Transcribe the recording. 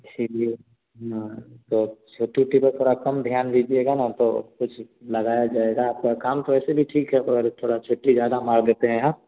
इसी लिए ना तो छुट्टी ऊट्टी पर थोड़ा कम ध्यान दीजिएगा ना तो कुछ लगाया जाएगा आपका काम तो वैसे भी ठीक है पर थोड़ा छुट्टी ज़्यादा मार देते हैं आप